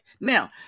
Now